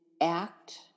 act